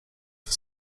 for